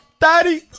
Daddy